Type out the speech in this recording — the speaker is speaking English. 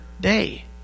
day